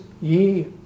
ye